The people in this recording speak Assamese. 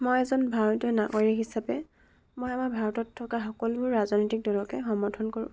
মই এজন ভাৰতীয় নাগৰিক হিচাপে মই আমাৰ ভাৰতত থকা সকলো ৰাজনৈতিক দলকে সমৰ্থন কৰোঁ